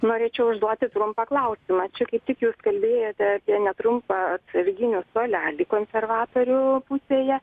norėčiau užduoti trumpą klausimą čia kaip tik jūs kalbėjote apie netrumpą atsarginių suolelį konservatorių pusėje